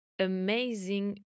amazing